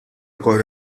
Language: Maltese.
ukoll